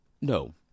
no